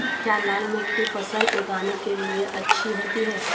क्या लाल मिट्टी फसल उगाने के लिए अच्छी होती है?